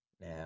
Now